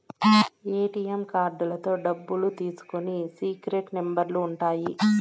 ATM కార్డుతో డబ్బులు తీసుకునికి సీక్రెట్ నెంబర్లు ఉంటాయి